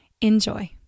Enjoy